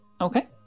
Okay